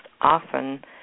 often